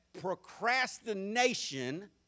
procrastination